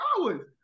hours